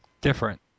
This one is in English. different